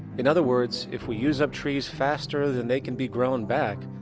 in other words, if we use up trees faster than they can be grown back,